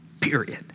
Period